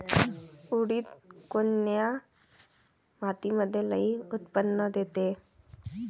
उडीद कोन्या मातीमंदी लई उत्पन्न देते?